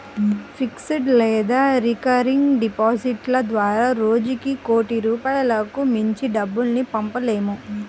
fixed లేదా recurring డిపాజిట్ల ద్వారా రోజుకి కోటి రూపాయలకు మించి డబ్బుల్ని పంపలేము